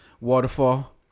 Waterfall